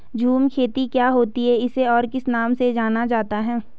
झूम खेती क्या होती है इसे और किस नाम से जाना जाता है?